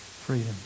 Freedom